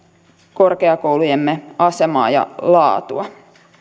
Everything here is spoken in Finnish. korkeakoulujemme asemaa ja laatua